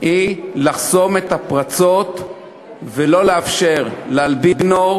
היא לחסום את הפרצות ולא לאפשר להלבין הון,